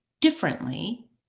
differently